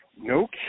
No